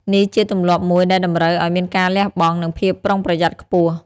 នេះជាទម្លាប់មួយដែលតម្រូវឲ្យមានការលះបង់ និងភាពប្រុងប្រយ័ត្នខ្ពស់។